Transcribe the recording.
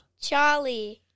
Charlie